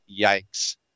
Yikes